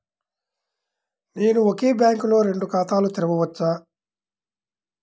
నేను ఒకే బ్యాంకులో రెండు ఖాతాలు తెరవవచ్చా?